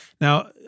Now